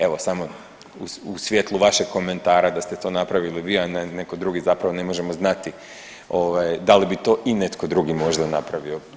Evo samo u svjetlu vašeg komentara da ste to napravili vi, a netko drugi ne možemo znati da li bi to i netko drugi možda napravio.